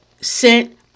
sent